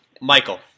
Michael